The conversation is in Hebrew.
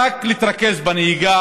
רק להתרכז בנהיגה.